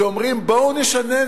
שאומרים: בואו נשנה,